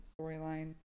storyline